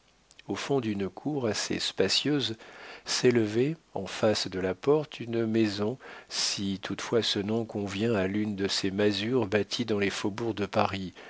au fond d'une cour assez spacieuse s'élevait en face de la porte une maison si toutefois ce nom convient à l'une de ces masures bâties dans les faubourgs de paris